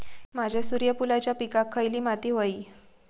माझ्या सूर्यफुलाच्या पिकाक खयली माती व्हयी?